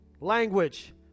language